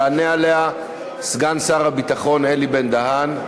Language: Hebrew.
יענה עליה סגן שר הביטחון אלי בן-דהן,